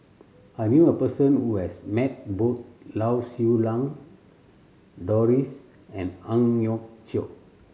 I knew a person who has met both Lau Siew Lang Doris and Ang Hiong Chiok